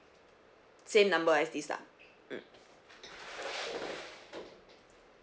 same number as this lah mm